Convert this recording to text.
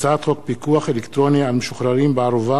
הצעת חוק פיקוח אלקטרוני על משוחררים בערובה